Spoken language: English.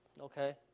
okay